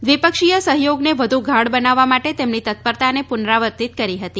દ્વિપક્ષીય સહયોગને વધુ ગાઢ બનાવવા માટે તેમની તત્પરતાને પુનરાવર્તિત કરી હતી